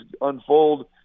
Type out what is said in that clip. unfold